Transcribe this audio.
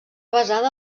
basada